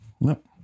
Nope